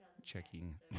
checking